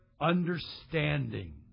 understanding